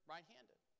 Right-handed